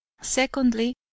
secondly